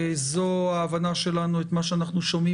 זו ההבנה שלנו את מה שאנחנו שומעים